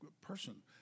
person